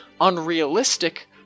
unrealistic